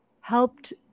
helped